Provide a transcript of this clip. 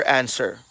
answer